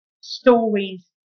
stories